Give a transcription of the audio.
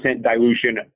dilution